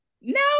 No